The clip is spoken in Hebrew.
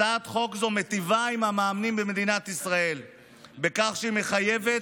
הצעת חוק זו מיטיבה עם המאמנים במדינת ישראל בכך שהיא מחייבת